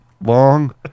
long